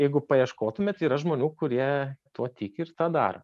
jeigu paieškotumėt yra žmonių kurie tuo tiki ir tą daro